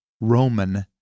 Roman